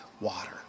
water